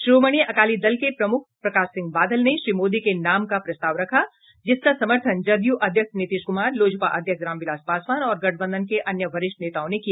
शिरोमणि अकाली दल के प्रमुख प्रकाश सिंह बादल ने श्री मोदी के नाम का प्रस्ताव रखा जिसका समर्थन जदयू अध्यक्ष नीतीश कुमार लोजपा अध्यक्ष रामविलास पासवान और गठबंधन के अन्य वरिष्ठ नेताओं ने किया